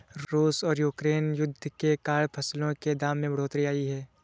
रूस और यूक्रेन युद्ध के कारण फसलों के दाम में बढ़ोतरी आई है